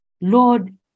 Lord